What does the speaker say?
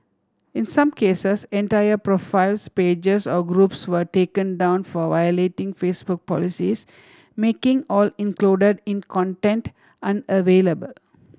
in some cases entire profiles pages or groups were taken down for violating Facebook policies making all included in content unavailable